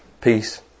peace